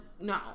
no